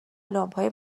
لامپهای